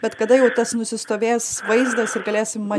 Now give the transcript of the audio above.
bet kada jau tas nusistovės vaizdas ir galėsim